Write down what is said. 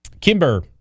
Kimber